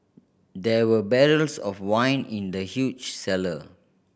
there were barrels of wine in the huge cellar